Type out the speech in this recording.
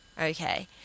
Okay